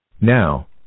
Now